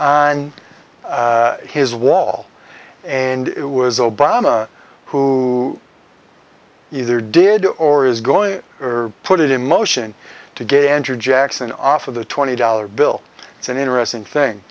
and his wall and it was obama who either did or is going or put it in motion to get andrew jackson off of the twenty dollar bill it's an interesting thing